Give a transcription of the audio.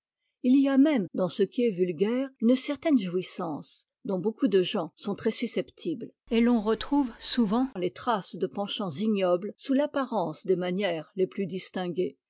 il y a même dans ce qui est vulgaire une certaine jouissance dont beaucoup de gens sont très susceptibles et l'on retrouve souvent les traces de penchants ignob es sous l'apparence des manières les plus distinguées